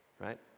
Right